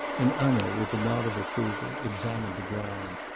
and hanaud, with a nod of approval, examined the ground.